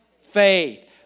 faith